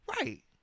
Right